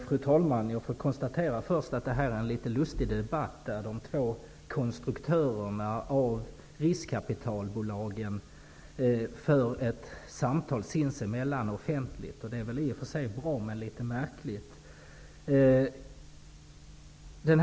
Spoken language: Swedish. Fru talman! Först konstaterar jag att det är en något lustig debatt. De två konstruktörerna av riskkapitalbolagen för ju ett samtal sinsemellan offentligt. I och för sig är det bra, men litet märkligt är det.